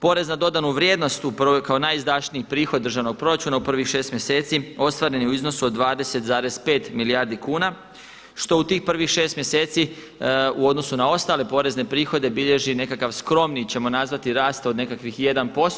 Porez na dodanu vrijednost kao najizdašniji prihod državnog proračuna u prvih 6 mjeseci ostvaren je u iznosu od 20,5 milijardi kuna što u tih prvih 6 mjeseci u odnosu na ostale porezne prihode bilježi nekakav skromni ćemo nazvati rast od nekakvih 1%